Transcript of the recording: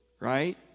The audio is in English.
right